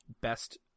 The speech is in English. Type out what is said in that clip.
best